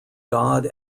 god